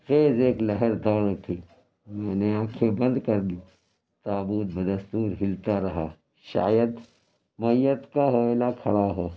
خیز ایک لہر دوڑ اُٹھی میں نے آنکھیں بند کر لی تابوت بدستُور ہلتا رہا شاید میّت کا کھڑا ہو